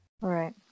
Right